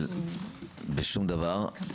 מבלי לזלזל בשום דבר,